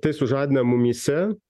tai sužadina mumyse